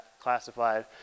classified